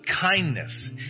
kindness